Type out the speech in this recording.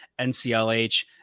NCLH